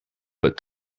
but